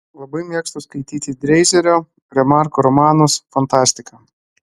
labai mėgstu skaityti dreizerio remarko romanus fantastiką